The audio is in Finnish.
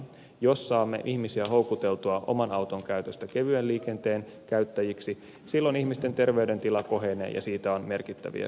jos saamme ihmisiä houkuteltua oman auton käytöstä kevyen liikenteen käyttäjiksi silloin ihmisten terveydentila kohenee ja siitä on merkittäviä hyötyjä